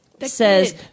says